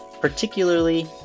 particularly